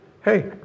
hey